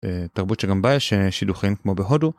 תרבות שגם בה יש שידוכים, כמו בהודו,